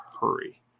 hurry